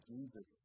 Jesus